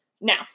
Now